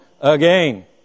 again